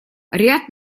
ряд